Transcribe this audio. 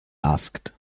asked